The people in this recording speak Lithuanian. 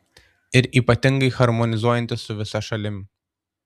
ir ypatingai harmonizuojantis su visa šalim